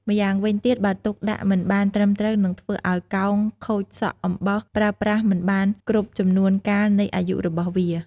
ម្យ៉ាងវិញទៀត បើទុកដាក់មិនបានត្រឹមត្រូវនឹងធ្វើឲ្យកោងខូចសក់អំបោសប្រើប្រាស់មិនបានគ្រប់ចំនួនកាលនៃអាយុរបស់វា។